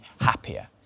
happier